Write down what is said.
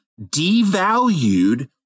devalued